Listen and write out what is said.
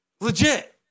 Legit